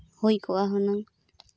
ᱦᱩᱭ ᱠᱚᱜᱼᱟ ᱦᱩᱱᱟᱹᱝ